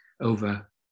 over